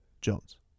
Jones